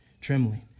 trembling